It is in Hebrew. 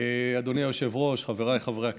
אדוני היושב-ראש, חבריי חברי הכנסת,